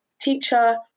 teacher